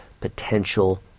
potential